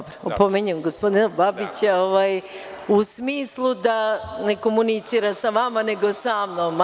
Opominjem gospodina Babića, u smislu da ne komunicira sa vama nego samnom.